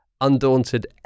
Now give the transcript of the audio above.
Undaunted